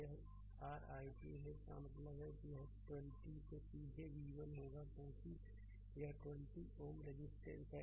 0 यह ri2 है इसका मतलब है कि यह 20 से सीधे v1 होगा क्योंकि यह 20 Ω रेजिस्टेंस है